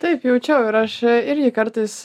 taip jaučiau ir aš irgi kartais